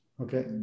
Okay